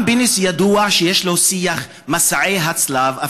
פנס גם ידוע כמי שיש לו שיח של מסעי הצלב,